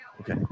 Okay